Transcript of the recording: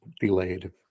delayed